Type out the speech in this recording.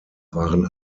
waren